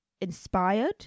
inspired